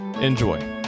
Enjoy